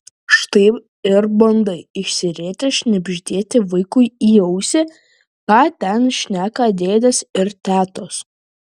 štai ir bandai išsirietęs šnibždėti vaikui į ausį ką ten šneka dėdės ir tetos